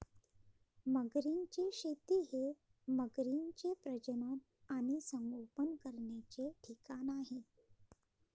मगरींची शेती हे मगरींचे प्रजनन आणि संगोपन करण्याचे ठिकाण आहे